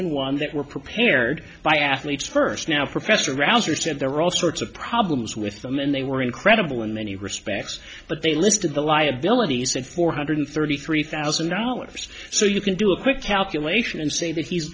and one that were prepared by athletes first now professor rouser said there were all sorts of problems with them and they were incredible in many respects but they listed the liabilities and four hundred thirty three thousand dollars so you can do a quick calculation and say that he's